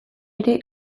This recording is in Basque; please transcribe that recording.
ere